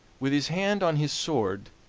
with his hand on his sword,